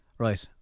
Right